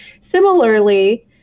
Similarly